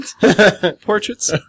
Portraits